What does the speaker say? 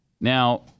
Now